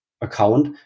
account